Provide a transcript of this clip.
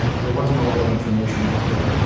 there wasn't a lot of information out there.